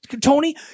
Tony